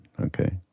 Okay